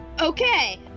Okay